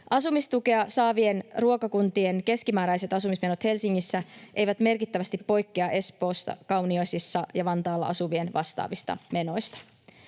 Asumistukea saavien ruokakuntien keskimääräiset asumismenot Helsingissä eivät merkittävästi poikkea Espoossa, Kauniaisissa ja Vantaalla asuvien vastaavista menoista.